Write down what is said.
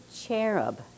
cherub